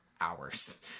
hours